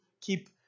keep